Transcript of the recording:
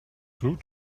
through